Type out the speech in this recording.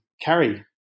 carry